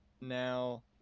Now